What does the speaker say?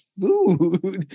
food